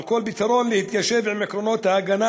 על כל פתרון להתיישב עם עקרונות ההגנה